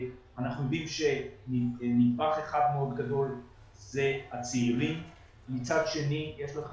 אנחנו יודעים שחלק גדול אלה הם הצעירים ומצד שני יש לך